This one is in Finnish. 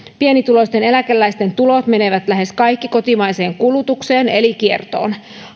pienituloisten eläkeläisten tulot menevät lähes kaikki kotimaiseen kulutukseen eli kiertoon